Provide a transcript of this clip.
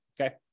okay